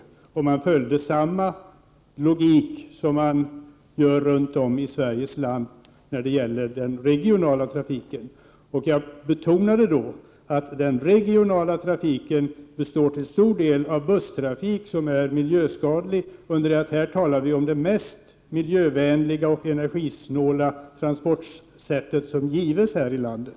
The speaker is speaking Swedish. Då skulle man tillämpa samma logik som man följer runt om i Sveriges land när det gäller den regionala trafiken. Jag betonade också att den regionala trafiken till stor del består av busstrafik som är miljöskadlig, medan vi här talar för det mest miljövänliga och energisnåla transportsätt som gives här i landet.